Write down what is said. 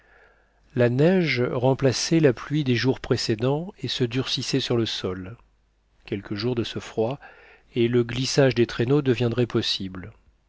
la neige remplaçait la pluie des jours précédents et se durcissait sur le sol quelques jours de ce froid et le glissage des traîneaux deviendrait possible